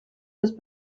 los